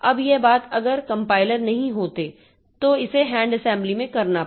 अब यह बात अगर अगर कम्पाइलर नहीं होते तो इसे हैंड असेंबली में करना पड़ता